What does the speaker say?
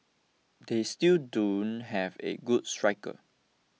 they still don't have a good striker